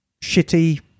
shitty